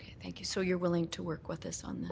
thank you. so you're willing to work with us on that. oh,